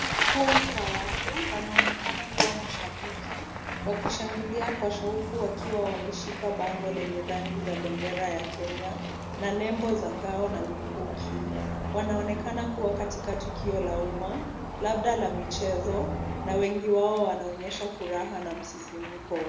Kundi la watu wanaonekana kuwa mashabiki wakishangilia kwa shauku wakiwa wameshika bango lenye rangi za bendera ya Kenya na nembo za ngao na mikuki. Wanaonekana kuwa katika tukio la umma labda la michezo na wengi wao wanaonyesha furaha na msisimko.